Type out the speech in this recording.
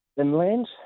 inland